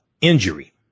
injury